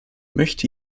möchte